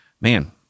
man